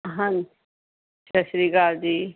ਹਾਂਜੀ ਸਤਿ ਸ਼੍ਰੀ ਅਕਾਲ ਜੀ